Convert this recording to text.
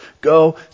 go